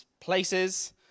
places